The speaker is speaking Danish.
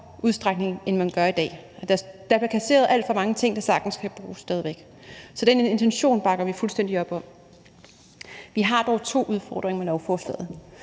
udstrækning, end vi gør i dag. Der bliver kasseret alt for mange ting, der sagtens kan bruges stadig væk. Så den intention bakker vi fuldstændig op om. Vi har dog to udfordringer med lovforslaget.